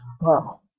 Wow